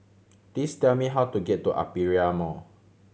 please tell me how to get to Aperia Mall